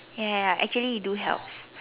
ya ya ya actually it do helps